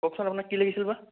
কওকচোন আপোনাক কি লাগিছিল বা